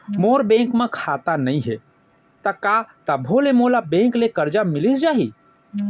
मोर bank म खाता नई हे त का तभो ले मोला बैंक ले करजा मिलिस जाही?